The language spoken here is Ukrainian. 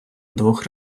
двох